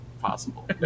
possible